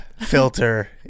filter